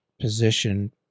Position